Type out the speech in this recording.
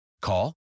Call